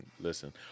Listen